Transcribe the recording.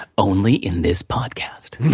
only in this podcast.